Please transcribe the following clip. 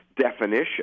definition